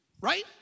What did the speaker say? Right